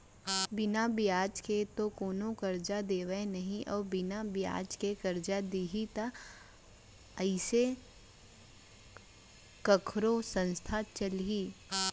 बिना बियाज के तो कोनो करजा देवय नइ अउ बिना बियाज के करजा दिही त कइसे कखरो संस्था चलही